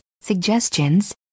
suggestions